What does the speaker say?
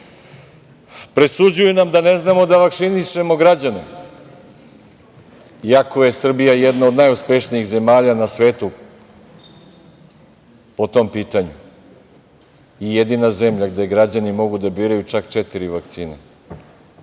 portala. Presuđuju nam da ne znamo da vakcinišemo građane, iako je Srbija jedna od najuspešnijih zemalja na svetu po tom pitanju i jedina zemlja gde građani mogu da biraju čak četiri vakcine